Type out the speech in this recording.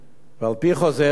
על-פי חוזר זה,